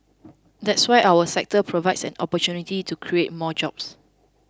that's why our sector provides an opportunity to create more jobs